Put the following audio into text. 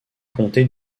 comté